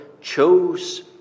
chose